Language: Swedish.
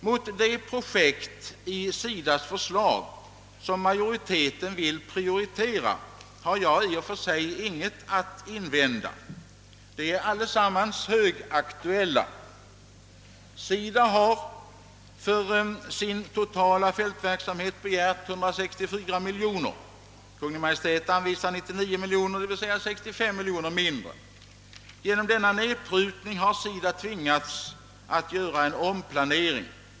Mot de projekt i SIDA:s förslag som majoriteten vill prioritera har jag i och för sig intet att invända — de är alla högaktuella. SIDA har för sin totala fältverksamhet begärt 164 miljoner. Kungl. Maj:t vill anvisa 99 miljoner, d. v. s. 65 miljoner mindre. Genom denna nedprutning har SIDA tvingats göra en omplanering.